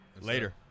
Later